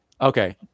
Okay